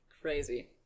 Crazy